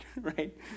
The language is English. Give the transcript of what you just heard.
right